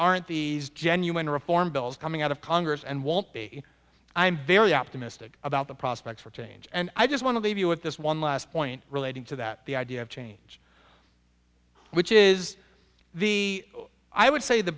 aren't these genuine reform bills coming out of congress and won't be i'm very optimistic about the prospects for change and i just want to leave you with this one last point relating to that the idea of change which is the i would say the